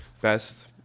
Best